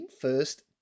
first